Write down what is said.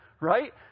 right